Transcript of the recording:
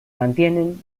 mantienen